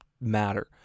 matter